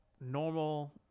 normal